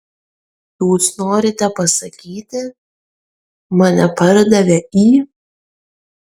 jūs norite pasakyti mane pardavė į